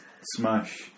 smash